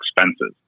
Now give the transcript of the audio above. expenses